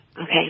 Okay